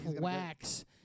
wax